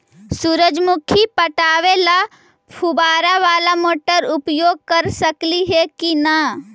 सुरजमुखी पटावे ल फुबारा बाला मोटर उपयोग कर सकली हे की न?